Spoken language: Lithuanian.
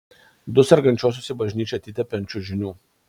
du sergančiuosius į bažnyčią atitempė ant čiužinių